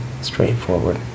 Straightforward